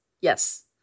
Yes